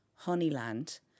Honeyland